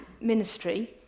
ministry